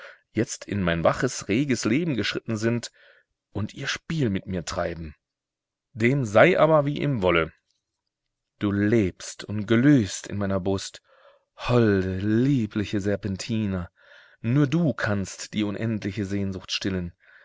jetzt in mein waches reges leben geschritten sind und ihr spiel mit mir treiben dem sei aber wie ihm wolle du lebst und glühst in meiner brust holde liebliche serpentina nur du kannst die unendliche sehnsucht stillen